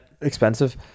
expensive